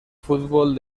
fútbol